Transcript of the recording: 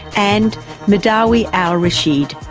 and madawi al-rasheed,